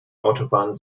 autobahnen